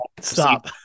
stop